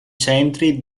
centri